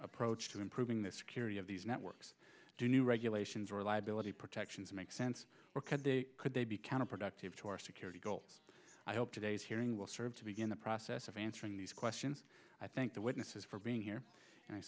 approach to improving the security of these networks do new regulations or liability protections make sense could they be counterproductive to our security goals i hope today's hearing will serve to begin the process of answering these questions i thank the witnesses for being here and i